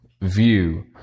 view